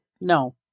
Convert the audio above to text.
No